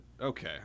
okay